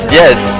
yes